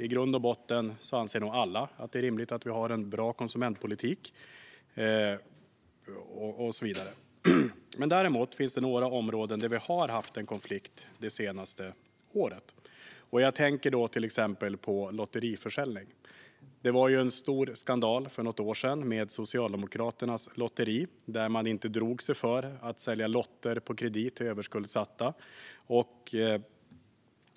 I grund och botten anser nog alla att det är rimligt att vi har en bra konsumentpolitik och så vidare. Däremot finns det några områden där vi har haft en konflikt det senaste året. Jag tänker då till exempel på lotteriförsäljning. Det var en stor skandal för något år sedan med Socialdemokraternas lotteri, där man inte drog sig för att sälja lotter på kredit till överskuldsatta.